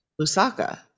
Lusaka